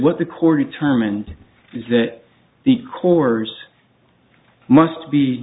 what the core determined is that the course must be